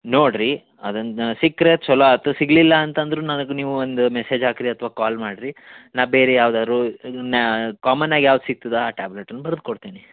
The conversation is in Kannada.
ನೋಡಿರಿ ಅದನ್ನು ಸಿಕ್ಕರೆ ಚಲೋ ಆಯ್ತು ಸಿಗಲಿಲ್ಲ ಅಂತಂದರೂ ನನಗೆ ನೀವು ಒಂದು ಮೆಸೇಜ್ ಹಾಕಿರಿ ಅಥವಾ ಕಾಲ್ ಮಾಡಿರಿ ನಾ ಬೇರೆ ಯಾವ್ದಾದ್ರು ಇದನ್ನ ಕಾಮನಾಗಿ ಯಾವ್ದು ಸಿಕ್ತದೊ ಆ ಟ್ಯಾಬ್ಲೆಟನ್ನ ಬರ್ದು ಕೊಡ್ತೀನಿ